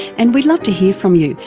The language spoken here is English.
and we'd love to hear from you,